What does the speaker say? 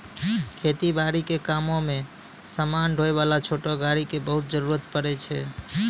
खेती बारी के कामों मॅ समान ढोय वाला छोटो गाड़ी के बहुत जरूरत पड़ै छै